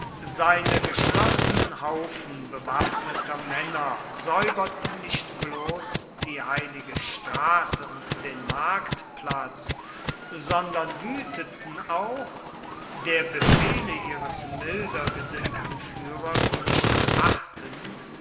seine geschlossenen haufen bewaffneter männer säuberten nicht bloß die heilige straße und den marktplatz sondern wüteten auch der befehle ihres milder gesinnten führers nicht achtend